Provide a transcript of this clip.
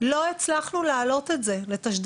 לא הצלחנו לעלות את זה לתשדירים,